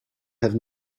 have